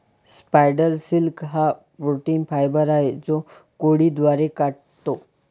spider silk हा protein fibre आहे जो कोळी द्वारे काततो